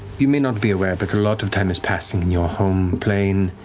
you may not be aware, but a lot of time is passing in your home plane.